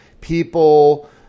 people